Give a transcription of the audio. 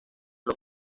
los